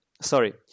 sorry